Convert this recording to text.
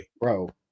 bro